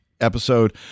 episode